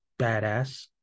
badass